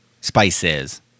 Spices